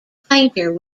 painter